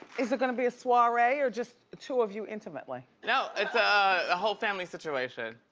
is it gonna be a soiree or just the two of you intimately? no, it's ah a whole family situation.